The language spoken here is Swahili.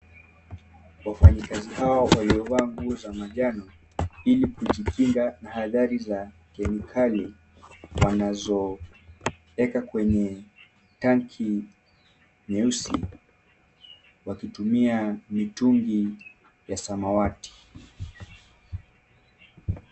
Wafanyikazi hawa waliovaa nguo za majani ili kujikinga na ajali za kemikali wanazoweka kwenye tanki nyeusi wakitumia mitungi ya samawati.